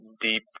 deep